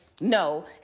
no